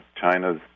China's